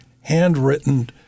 handwritten